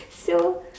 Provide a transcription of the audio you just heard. so